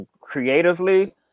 creatively